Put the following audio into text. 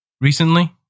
recently